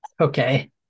Okay